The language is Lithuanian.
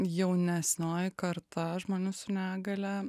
jaunesnioji karta žmonių su negalia